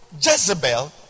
Jezebel